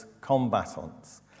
combatants